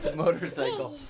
motorcycle